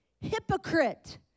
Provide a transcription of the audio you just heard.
Hypocrite